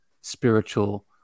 spiritual